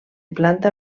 planta